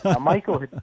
Michael